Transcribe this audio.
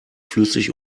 flüssig